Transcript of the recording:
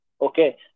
Okay